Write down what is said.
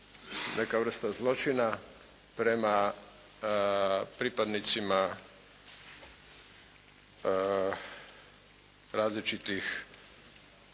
neka vrsta zločina prema pripadnicima različitih